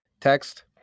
text